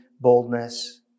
boldness